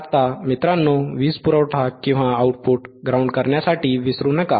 आता मित्रांनो वीज पुरवठा किंवा आउटपुट ग्राउंड करण्यासाठी विसरू नका